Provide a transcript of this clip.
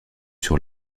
sur